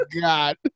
God